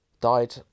died